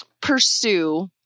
pursue